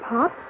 Pop